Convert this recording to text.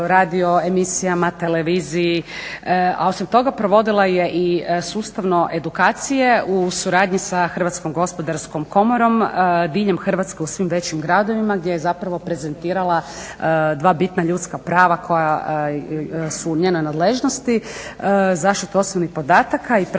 radioemisijama, televiziji, a osim toga provodila je i sustavno edukacije u suradnji s Hrvatskom gospodarskom komorom diljem Hrvatske u svim većim gradovima gdje je zapravo prezentirala dva bitna ljudska prava koja su u njenoj nadležnosti: zaštitu osobnih podataka i pravo na